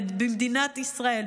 במדינת ישראל,